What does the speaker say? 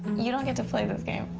you don't get to play this game.